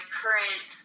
current